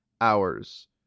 hours